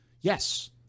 Yes